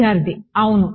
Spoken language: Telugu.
విద్యార్థి అవును